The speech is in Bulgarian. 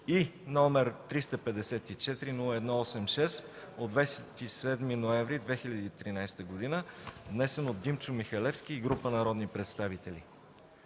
и № 354-01-86 от 27 ноември 2013 г., внесен от Димчо Михалевски и група народни представители